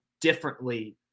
differently